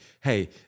Hey